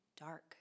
dark